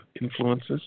influences